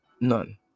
None